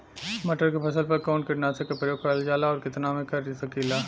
मटर के फसल पर कवन कीटनाशक क प्रयोग करल जाला और कितना में कर सकीला?